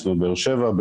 יש לנו בבאר שבע,